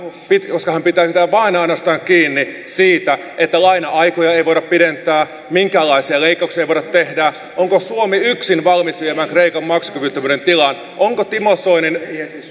koska hän pitää vain ja ainoastaan kiinni siitä että laina aikoja ei voida pidentää minkäänlaisia leikkauksia ei voida tehdä onko suomi yksin valmis viemään kreikan maksukyvyttömyyden tilaan onko timo soinin